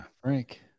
Frank